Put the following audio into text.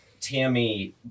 Tammy